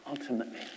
Ultimately